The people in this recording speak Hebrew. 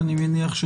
אני מניח,